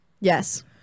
Yes